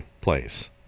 place